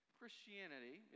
Christianity